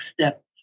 step